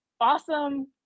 awesome